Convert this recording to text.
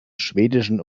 schwedischen